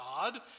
God